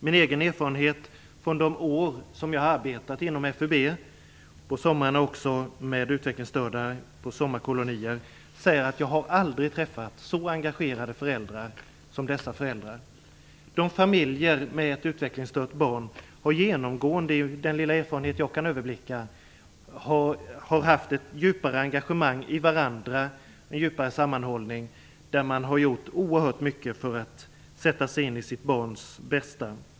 Min egen erfarenhet från de år som jag har arbetat inom FUB och med utvecklingsstörda på sommarkolonier är att jag aldrig har träffat så engagerade föräldrar som dessa. Med den lilla erfarenhet jag har anser jag att familjer med ett utvecklingsstört barn genomgående har ett djupare engagemang i varandra och en djupare sammanhållning. Man har gjort oerhört mycket för att sätta sig in i sitt barns bästa.